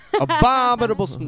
Abominable